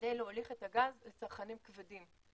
כדי להוליך את הגז לצרכנים כבדים,